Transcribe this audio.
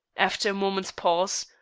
after a moment's pause,